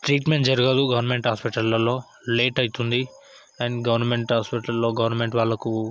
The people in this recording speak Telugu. ట్రీట్మెంట్ జరగదు గవర్నమెంట్ హాస్పిటళ్ళల్లో లేటు అవుతుంది అండ్ గవర్నమెంట్ హాస్పిటల్లో గవర్నమెంట్ వాళ్ళకు